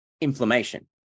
inflammation